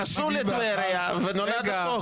הם נסעו לטבריה ונולד החוק.